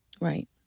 Right